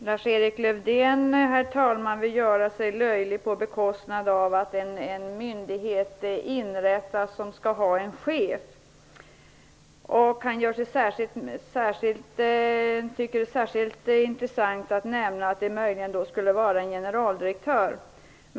Herr talman! Lars-Erik Lövdén gör sig lustig över att en myndighet inrättas som skall ha en chef. Han tycker att det är särskilt intressant att nämna att det möjligen skulle vara en generaldirektör.